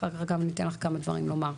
אחר כך גם ניתן לך כמה דברים לומר.